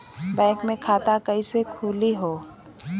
Bank मे खाता कईसे खुली हो?